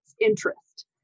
interest